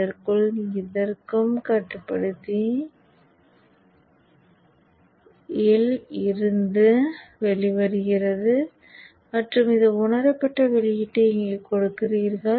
இதற்குள் இருக்கும் கட்டுப்படுத்தி இல் இருந்து வெளிவருகிறது மற்றும் இந்த உணரப்பட்ட வெளியீட்டை இங்கே கொடுக்கிறீர்கள்